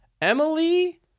Emily